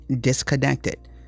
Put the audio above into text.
disconnected